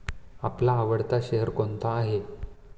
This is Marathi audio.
आपला आवडता शेअर कोणता आहे?